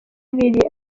ibiri